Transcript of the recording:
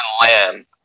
lamb